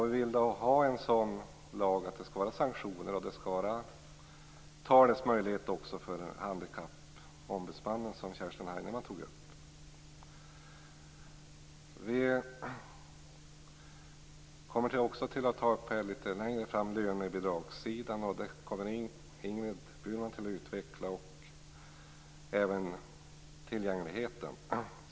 Vi vill då ha en lag som innebär sanktioner och talesmöjlighet för en handikappombudsman, som Kerstin Heinemann tog upp. Ingrid Burman kommer litet längre fram att ta upp lönebidragssidan, och Owe Hellberg kommer att behandla tillgängligheten.